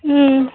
उम्म